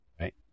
Right